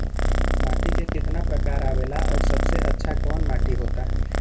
माटी के कितना प्रकार आवेला और सबसे अच्छा कवन माटी होता?